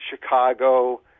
Chicago